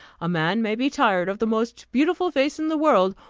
a man may be tired of the most beautiful face in the world,